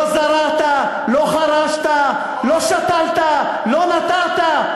לא זרעת, לא חרשת, לא שתלת, לא נטעת.